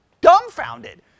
dumbfounded